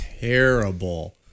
terrible